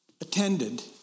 attended